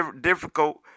difficult